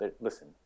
listen